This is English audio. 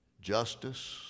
justice